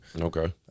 Okay